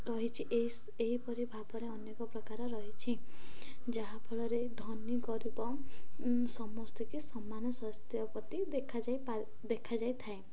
ରହିଛି ଏହିପରି ଭାବରେ ଅନେକ ପ୍ରକାର ରହିଛି ଯାହାଫଳରେ ଧନୀ ଗରିବ ସମସ୍ତକି ସମାନ ସ୍ୱାସ୍ଥ୍ୟ ପ୍ରତି ଦେଖାଯାଇଥାଏ